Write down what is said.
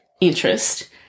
interest